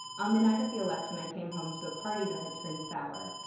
on the night of the election, i came home to a party that had turned sour.